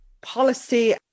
policy